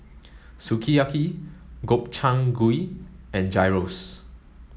Sukiyaki Gobchang Gui and Gyros